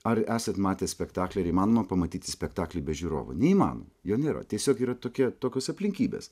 ar esat matę spektaklį ar įmanoma pamatyti spektaklį be žiūrovų neįmanoma jo nėra tiesiog yra tokia tokios aplinkybės